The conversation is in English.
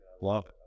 Love